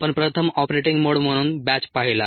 आपण प्रथम operating mode म्हणून बॅच पाहिला